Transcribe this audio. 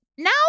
Now